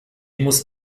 muss